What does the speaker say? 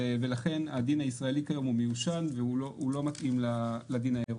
ולכן הדין הישראלי כיום הוא מיושן והוא לא מתאים לדין האירופי.